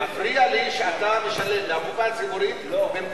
מפריע לי שאתה משלם מהקופה הציבורית במקום המעסיקים.